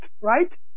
right